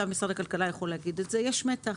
ממשרד הכלכלה יכול להגיד את זה יש מתח.